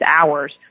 hours